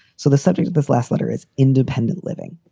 so the subject of this last letter is independent living.